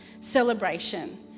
celebration